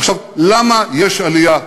עכשיו, למה יש עלייה?